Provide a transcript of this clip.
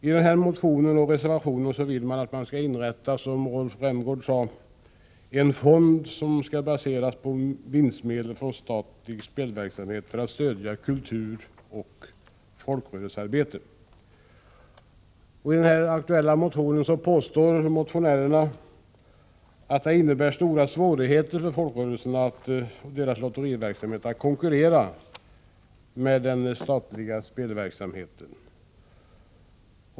I motionen och reservationen vill man inrätta en fond som skall baseras på vinstmedel från statlig spelverksamhet för att stödja kulturoch folkrörelsearbetet. I motionen påstår motionärerna att det innebär stora svårigheter för folkrörelserna att deras lotteriverksamhet skall konkurrera med den statliga spelverksamheten.